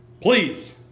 Please